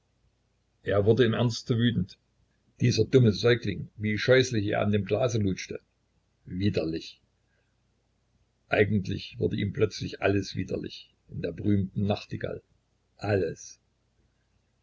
er wurde im ernste wütend dieser dumme säugling wie scheußlich er an dem glase lutschte widerlich eigentlich wurde ihm plötzlich alles widerlich in der berühmten nachtigall alles